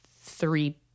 three